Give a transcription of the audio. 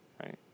right